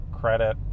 credit